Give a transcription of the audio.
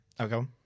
Okay